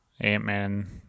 Ant-Man